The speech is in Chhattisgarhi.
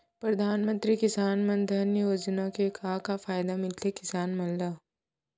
परधानमंतरी किसान मन धन योजना के का का फायदा मिलथे किसान मन ला?